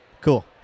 Cool